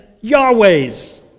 Yahweh's